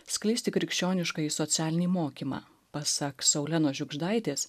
skleisti krikščioniškąjį socialinį mokymą pasak saulenos žiugždaitės